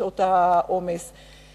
בשעות של עומס חום.